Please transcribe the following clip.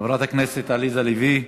חברת הכנסת עליזה לביא,